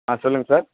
ஆ சொல்லுங்கள் சார்